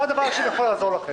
זה תקוע שם.